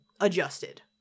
adjusted